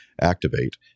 activate